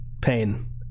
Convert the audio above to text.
pain